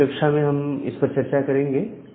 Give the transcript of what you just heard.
अगली कक्षा में हम इस पर चर्चा करेंगे